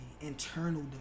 internal